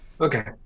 Okay